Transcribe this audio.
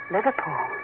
Liverpool